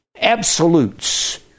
absolutes